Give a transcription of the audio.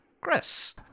Chris